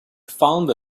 found